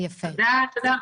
תודה, תודה.